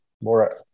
more